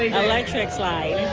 electric slide.